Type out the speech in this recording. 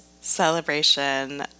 celebration